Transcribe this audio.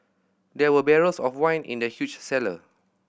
there were barrels of wine in the huge cellar